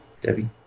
Debbie